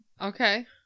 Okay